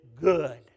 good